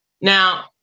Now